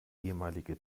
ehemalige